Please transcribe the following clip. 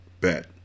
Bet